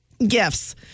Gifts